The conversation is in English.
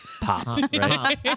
pop